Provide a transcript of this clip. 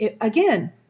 Again